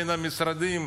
בין המשרדים,